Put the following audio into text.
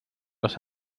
los